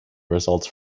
results